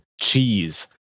cheese